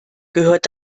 gehört